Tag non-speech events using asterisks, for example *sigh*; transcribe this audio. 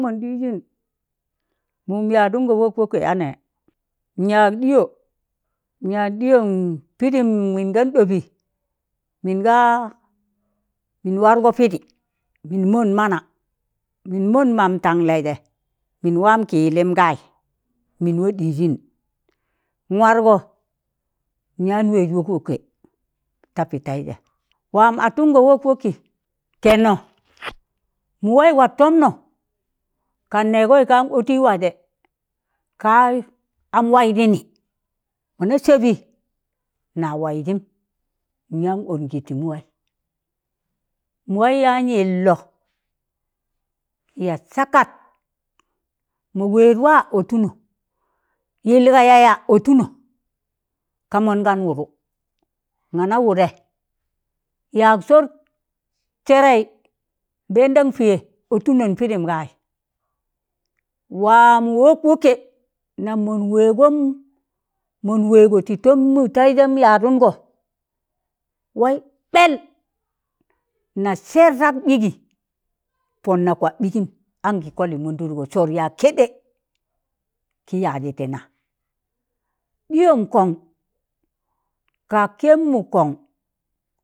Mọn ɗịzịn mụm yadụngọ wọkwọkẹ anẹ, nyak ɗịyọ, nyak ɗiyon pịdịm min gan ɗụbi,̣ mịn ga mịn warọgo pegi mịn mọn mana min mon mam tanlẹ zẹ mịn waam kịyịlịm gaị, mịn wa ɗịzịn, mwargọ nyan wẹz wọkwọkẹ ta pị tazẹ, wam atụngọn wọkwọke, kẹnnọ *noise* mụ waị wat tọmnọ, kan neigoi ka mon atouị waje ka am waidini mona sẹbị na waịjịm nyan ọngị tị mụwaị, mụwaị yan yịllọ ya sakak mọ wẹd wa otụno, yil ga yaya ọtụnọ, ka mọn gan wụdụ nana wụdẹ yak sọr sẹrẹị mbeendan piye ọtụnọn pidim gayi wamọ wọkwọke nam mọn wẹgọm, mon wego ti tọm mụtaịjem yaadungo wai ɓel na shertak ɓigi pon na kwad ɓigim anki koli mundudgo sọr yak keɗe ki yaazi ti na ɗiyon kon ka keb mu kon,